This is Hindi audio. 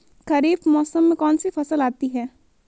खरीफ मौसम में कौनसी फसल आती हैं?